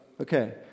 Okay